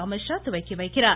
Amit Shah துவக்கிவைக்கிறார்